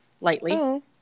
lightly